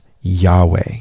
Yahweh